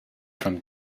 from